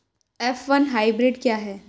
F one hybrid क्या है?